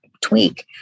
tweak